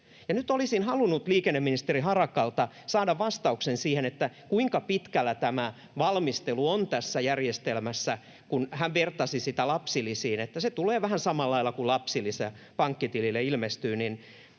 Nyt olisin halunnut liikenneministeri Harakalta saada vastauksen siihen, että kuinka pitkällä tämä valmistelu on tässä järjestelmässä, kun hän vertasi sitä lapsilisiin, että se tulee vähän samalla lailla kuin lapsilisä pankkitilille ilmestyy.